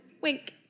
Wink